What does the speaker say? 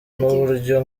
n’uburyo